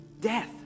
death